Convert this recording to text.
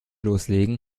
loslegen